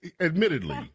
admittedly